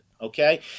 Okay